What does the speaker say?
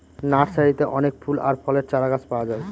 নার্সারিতে অনেক ফুল আর ফলের চারাগাছ পাওয়া যায়